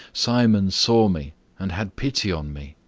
simon saw me and had pity on me.